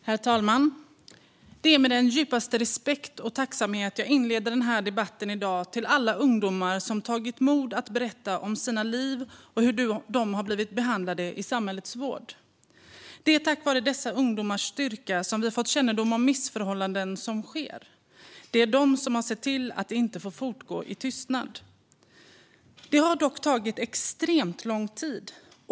Herr talman! Det är med den djupaste respekt och tacksamhet jag inleder det här anförandet i dag, till alla ungdomar som tagit mod till sig att berätta om sina liv och hur de blivit behandlade i samhällets vård. Det är tack vare dessa ungdomars styrka som vi fått kännedom om missförhållanden som sker. Det är de som sett till att det inte får fortgå i tystnad. Det har dock tagit extremt lång tid.